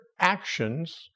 actions